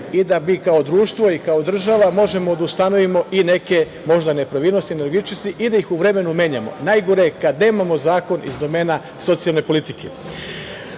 i da bi kao društvo i kao država možemo da ustanovimo i neke možda nepravilnosti, nelogičnosti i da ih u vremenu menjamo. Najgore je kad nemamo zakon iz domena socijalne politike.U